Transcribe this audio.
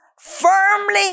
firmly